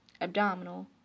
abdominal